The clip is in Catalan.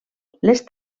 les